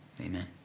amen